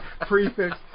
prefix